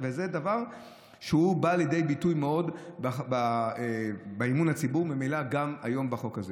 וזה דבר שמאוד בא לידי ביטוי באמון הציבור וממילא גם היום בחוק הזה.